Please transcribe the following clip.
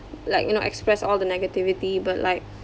like you know express all the negativity but like